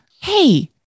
Hey